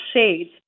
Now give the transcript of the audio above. shades